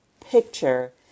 picture